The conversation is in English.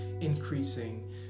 increasing